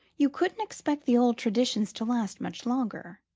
you couldn't expect the old traditions to last much longer.